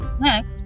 Next